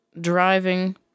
driving